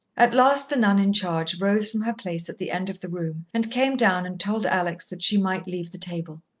at last the nun in charge rose from her place at the end of the room and came down and told alex that she might leave the table.